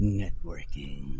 networking